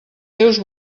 teus